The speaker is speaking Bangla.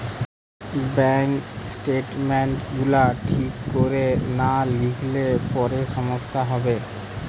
ব্যাংক স্টেটমেন্ট গুলা ঠিক কোরে না লিখলে পরে সমস্যা হবে